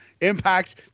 Impact